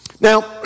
Now